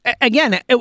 Again